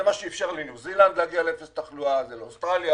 זה מה שאפשר לניו-זילנד להגיע לאפס תחלואה ולאוסטרליה,